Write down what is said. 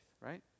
right